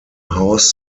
house